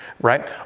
right